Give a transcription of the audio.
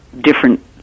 different